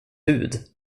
hud